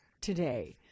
today